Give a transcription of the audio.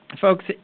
folks